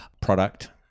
Product